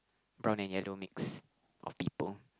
brown and yellow mix of people